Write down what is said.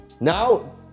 Now